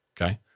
Okay